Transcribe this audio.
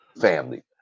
family